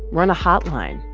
run a hotline,